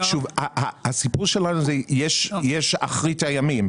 בסיפור שלנו יש אחרית הימים.